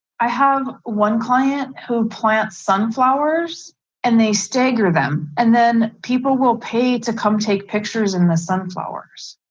i have one client who plants sunflowers and they stagger them and then people will pay to come take pictures in the sunflowers.